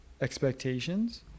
expectations